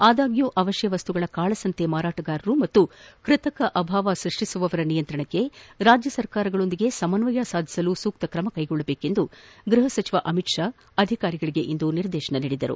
ಆದಾಗ್ಕೂ ಅವಶ್ಯ ವಸ್ತುಗಳ ಕಾಳಸಂತೆ ಮಾರಾಟಗಾರರು ಮತ್ತು ಕೃತಕ ಅಭಾವ ಸೃಷ್ಟಿಸುವವರ ನಿಯಂತ್ರಣಕ್ಕೆ ರಾಜ್ಯ ಸರ್ಕಾರಗಳೊಂದಿಗೆ ಸಮನ್ವಯ ಸಾಧಿಸಲು ಸೂಕ್ತ ತ್ರಮ ಕೈಗೊಳ್ಳುವಂತೆ ಗೃಪ ಸಚಿವ ಅಮಿತ್ ಶಾ ಅಧಿಕಾರಿಗಳಿಗೆ ನಿರ್ದೇಶನ ನೀಡಿದ್ದಾರೆ